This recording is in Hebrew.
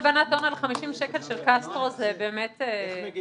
יש שני דברים.